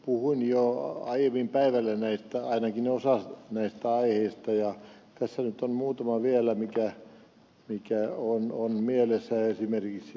puhuin jo aiemmin päivällä ainakin osasta näitä aiheita ja tässä nyt on muutama asia vielä mikä on mielessä